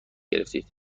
گرفتید